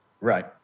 Right